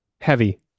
heavy